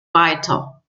weiter